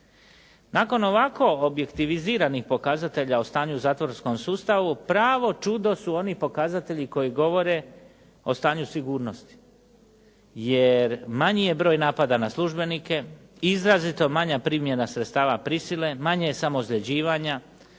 Nakon ovako objektiviziranih pokazatelja o stanju u zatvorskom sustavu, pravo čudo su oni pokazatelji koji govore o stanju sigurnosti jer manji je broj napada na službenika i izrazito manja primjena sredstava prisile, manje je samoozljeđivanja,